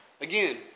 Again